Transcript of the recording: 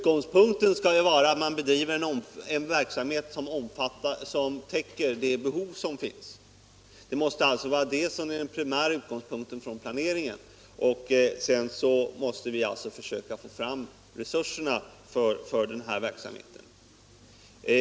Den primära utgångspunkten för arbetet måste vara att man bedriver verksamhet som täcker det behov som finns.